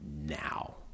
now